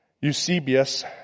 Eusebius